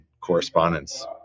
correspondence